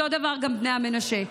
אותו הדבר בני המנשה.